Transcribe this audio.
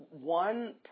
one